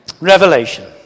Revelation